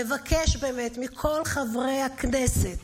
לבקש באמת מכל חברי הכנסת,